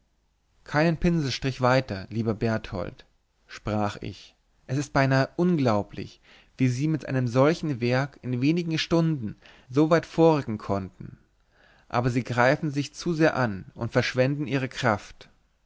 keinen pinselstrich weiter lieber berthold sprach ich es ist beinahe unglaublich wie sie mit einem solchen werk in wenigen stunden so weit vorrücken konnten aber sie greifen sich zu sehr an und verschwenden ihre kraft